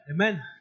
Amen